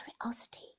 curiosity